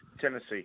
Tennessee